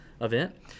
event